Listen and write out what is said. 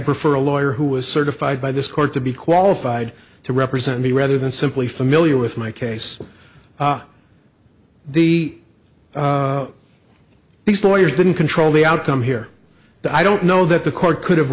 prefer a lawyer who was certified by this court to be qualified to represent me rather than simply familiar with my case the these lawyers didn't control the outcome here i don't know that the court could have